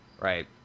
Right